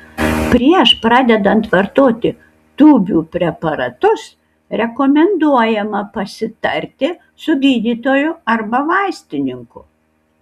prieš pradedant vartoti tūbių preparatus rekomenduojama pasitarti su gydytoju arba vaistininku